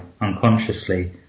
unconsciously